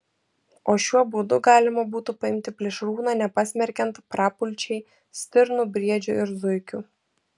o šiuo būdu galima būtų paimti plėšrūną nepasmerkiant prapulčiai stirnų briedžių ir zuikių